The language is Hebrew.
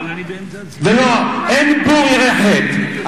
אין בור ירא חטא,